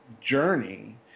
journey